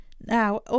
Now